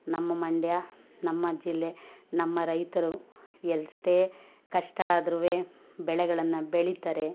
ನಮ್ಮ ಮಂಡ್ಯ ನಮ್ಮ ಜಿಲ್ಲೆ ನಮ್ಮ ರೈತರು ಎಷ್ಟೆ ಕಷ್ಟ ಆದ್ರೂ ಬೆಳೆಗಳನ್ನು ಬೆಳಿತಾರೆ